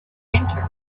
enter